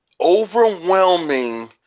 overwhelming